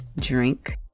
drink